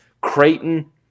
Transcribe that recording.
Creighton